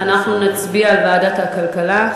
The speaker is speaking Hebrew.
אנחנו נצביע על העברה לוועדת הכלכלה.